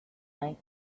night